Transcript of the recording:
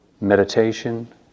meditation